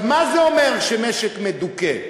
מה זה אומר שמשק מדוכא?